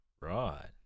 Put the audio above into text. right